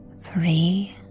Three